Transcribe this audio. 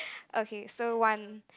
okay so one